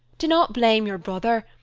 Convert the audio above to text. do not blame your brother,